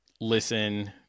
Listen